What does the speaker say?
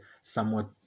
somewhat